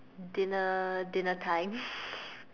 dinner dinner time